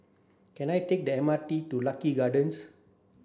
can I take the M R T to Lucky Gardens